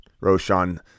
Roshan